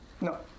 no